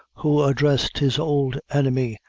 who addressed his old enemy,